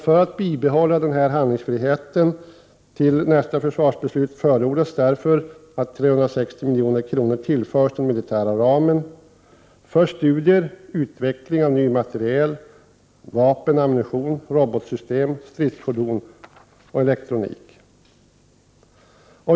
För att bibehålla handlingsfrihet fram till detta försvarsbeslut förordar försvarsministern att 380 milj.kr. tillförs den militära utgiftsramen för studier och utveckling av ny materiel, bl.a. vapen och ammunition, robotsystem, stridsfordon och elektronik.